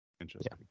interesting